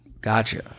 Gotcha